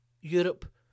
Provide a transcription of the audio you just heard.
Europe